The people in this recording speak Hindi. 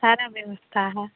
सारी व्यवस्था है